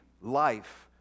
life